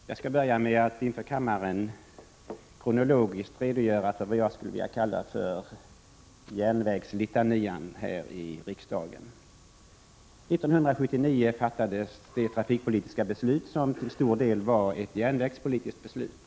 Fru talman! Jag skall börja med att inför kammaren i kronologisk ordning redogöra för vad jag skulle vilja kalla för järnvägslitanian här i riksdagen. 1979 fattades det trafikpolitiska beslut som till stor del var ett järnvägspolitiskt beslut.